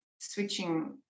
switching